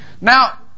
Now